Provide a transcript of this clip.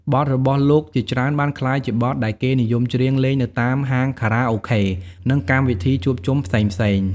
បទរបស់លោកជាច្រើនបានក្លាយជាបទដែលគេនិយមច្រៀងលេងនៅតាមហាងខារ៉ាអូខេនិងកម្មវិធីជួបជុំផ្សេងៗ។